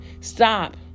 Stop